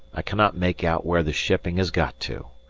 i cannot make out where the shipping has got to.